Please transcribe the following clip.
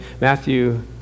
Matthew